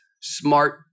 smart